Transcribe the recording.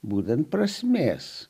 būtent prasmės